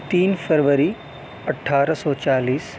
تین فروری اٹھارہ سو چالیس